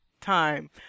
time